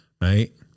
right